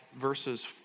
verses